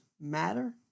matter